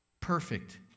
perfect